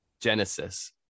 genesis